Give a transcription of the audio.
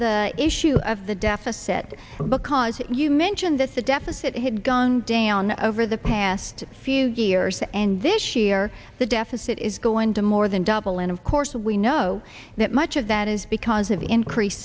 the issue of the deficit because you mentioned this the deficit had gone down over the past few years and this year the deficit is going to more than double and of course we know that much of that is because of increase